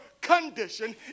condition